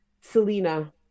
Selena